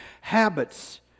habits